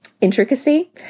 intricacy